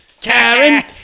Karen